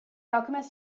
alchemist